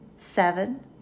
Seven